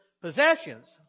possessions